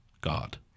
God